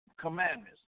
commandments